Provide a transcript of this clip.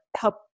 help